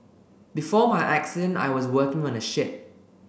before my accident I was working on a ship